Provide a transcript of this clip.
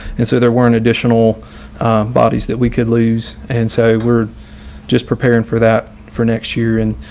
and so there weren't additional bodies that we could lose. and so we're just preparing for that for next year. and,